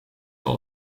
van